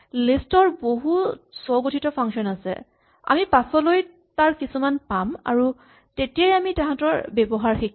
list ৰ বহুত স্বগঠিত ফাংচন আছে পাছলৈ আমি তাৰ কিছুমান পাম আৰু তেতিয়াই আমি তাহাঁতৰ ব্যৱহাৰ শিকিম